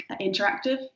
interactive